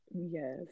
Yes